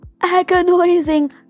agonizing